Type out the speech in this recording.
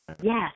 Yes